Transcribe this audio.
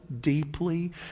deeply